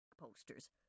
Posters